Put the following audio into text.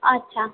अच्छा